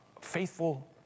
faithful